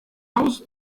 hause